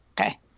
okay